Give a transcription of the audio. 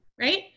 right